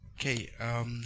Okay